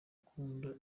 ukunda